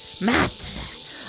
Matt